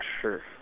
sure